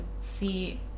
see